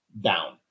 down